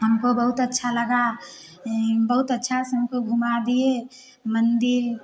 हमको बहुत अच्छा लगा बहुत अच्छा से हमको घूमा दिए मंदिर